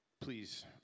please